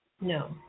No